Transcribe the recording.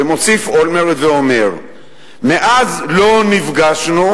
ומוסיף אולמרט ואומר: מאז לא נפגשנו,